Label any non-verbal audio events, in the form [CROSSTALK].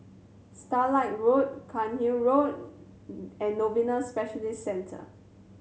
Starlight Road Cairnhill Road [UNINTELLIGIBLE] and Novena Specialist Centre